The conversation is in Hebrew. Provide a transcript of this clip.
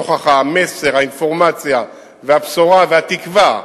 נוכח המסר, האינפורמציה, הבשורה והתקווה,